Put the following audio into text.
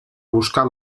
buscar